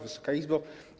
Wysoka Izbo!